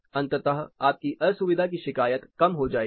अंतत आपकी असुविधा की शिकायत कम हो जाएगी